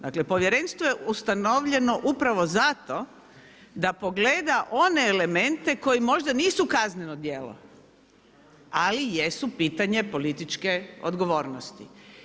Dakle, Povjerenstvo je ustanovljeno upravo zato da pogleda one elemente koji možda nisu kazneno djelo ali jesu pitanje političke odgovornosti.